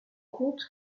compte